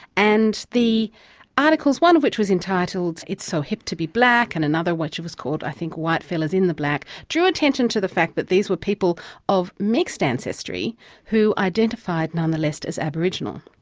and the articles, one of which was entitled it's so hip to be black and another which was called, i think, white fellas in the black drew attention to the fact that these were people of mixed ancestry who identified nonetheless as aboriginal.